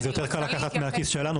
אז יותר קל לקחת מהכיס שלנו?